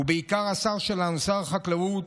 ובעיקר השר שלנו, שר החקלאות